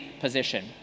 position